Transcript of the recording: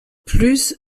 plus